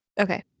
Okay